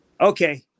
okay